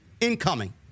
incoming